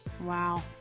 wow